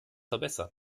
verbessern